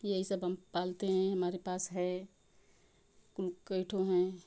यही सब हम पालते हैं हमारे पास है कई ठो हैं